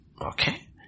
Okay